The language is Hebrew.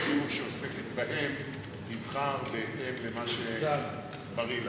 חינוך שעוסקת בהם תבחר בהתאם למה שבריא להם.